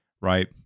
right